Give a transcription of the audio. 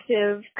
active